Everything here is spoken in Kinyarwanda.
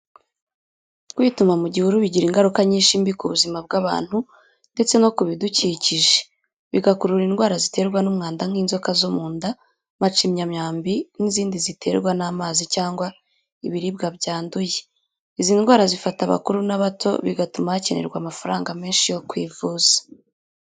Kwituma mu gihuru bigira ingaruka nyinshi mbi ku buzima bw’abantu ndetse no ku bidukikije, bigakurura indwara ziterwa n’umwanda nk’inzoka zo mu nda, macinyamyambi, n’izindi ziterwa n’amazi cyangwa ibiribwa byanduye. Izi ndwara zifata abakuru n’abato, bigatuma hakenerwa amafaranga menshi yo kwivuza.